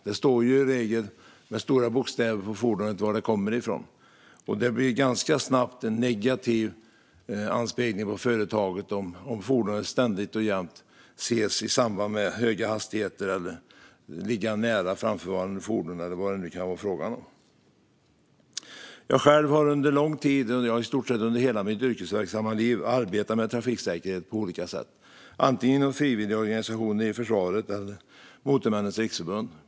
Det står i regel med stora bokstäver på fordonet varifrån det kommer, och det blir ganska snabbt en negativ anspelning på företaget om fordonet ständigt och jämt ses i samband med höga hastigheter eller ligger nära framförvarande fordon eller vad det nu kan vara. Jag har själv under lång tid, i stort sett under hela mitt yrkesverksamma liv, arbetat med trafiksäkerhet på olika sätt, antingen i frivilligorganisationer, inom försvaret eller på Motormännens Riksförbund.